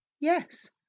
Yes